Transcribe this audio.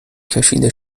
کشیده